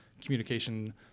communication